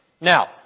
Now